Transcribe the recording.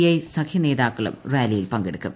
I സഖ്യർന്റെതാക്കളും റാലിയിൽ പങ്കെടുക്കും